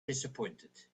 disappointed